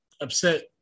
upset